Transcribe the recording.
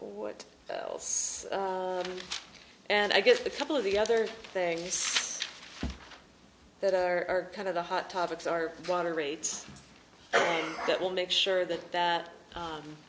eighth and i guess a couple of the other things that are kind of the hot topics are water rates that will make sure that that